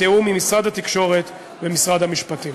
בתיאום עם משרד התקשורת ומשרד המשפטים.